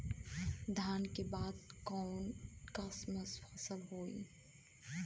धान के बाद कऊन कसमक फसल होई?